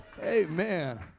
Amen